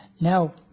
Now